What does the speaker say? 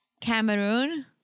Cameroon